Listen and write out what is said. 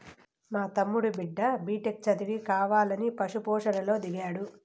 మా తమ్ముడి బిడ్డ బిటెక్ చదివి కావాలని పశు పోషణలో దిగాడు